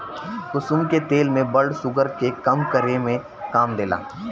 कुसुम के तेल blood sugar के कम करे में काम देला